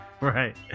Right